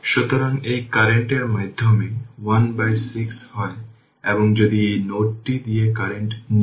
সুতরাং i 3 সোর্সটি short circuit করা হয়েছে তার মানে সার্কিট এ t 0 এই সুইচ ক্লোজ হয় তার মানে এই i 3 সোর্সটি শর্ট সার্কিট করা হয়েছে কারণ এটি ছোট